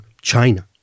China